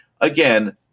again